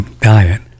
diet